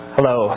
Hello